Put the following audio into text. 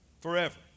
forever